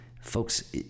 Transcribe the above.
Folks